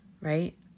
Right